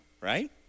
right